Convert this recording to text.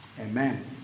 Amen